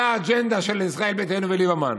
זה האג'נדה של ישראל ביתנו וליברמן.